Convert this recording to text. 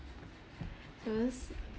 first